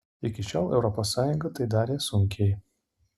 iki šiol europos sąjunga tai darė sunkiai